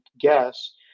guess